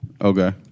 Okay